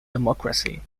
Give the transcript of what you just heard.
democracy